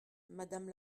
madame